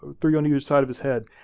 they're yeah on each side of his head.